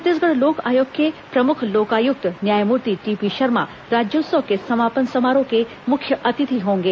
छत्तीसगढ़ लोक आयोग के प्रमुख लोकायुक्त न्यायमूर्ति टीपी शर्मा राज्योत्सव के समापन समारोह के मुख्य अतिथि होंगे